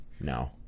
No